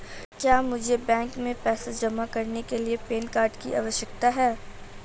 क्या मुझे बैंक में पैसा जमा करने के लिए पैन कार्ड की आवश्यकता है?